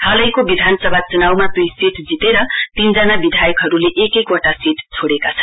हालैको विधानसभा चुनाउमा दुईसीट जितेर तीनजना विद्याकहरूले एक एक वटा सीट छोडेका छन्